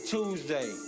Tuesday